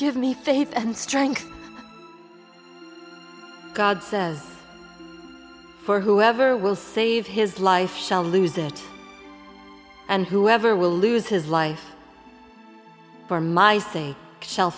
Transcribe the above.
give me faith and strength god says for whoever will save his life shall lose it and whoever will lose his life for my sake shall